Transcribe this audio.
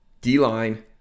D-line